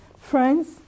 Friends